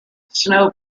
snow